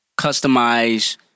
customize